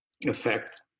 effect